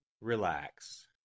Relax